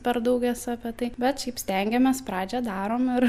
per daug esu apie tai bet šiaip stengiamės pradžią darom ir